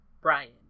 brian